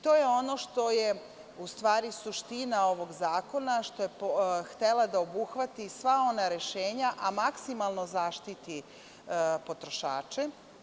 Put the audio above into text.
To je ono što je suština ovog zakona, što je hteo da obuhvati sva ona rešenja, a maksimalno zaštiti potrošače.